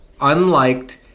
unliked